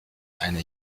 eine